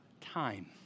Time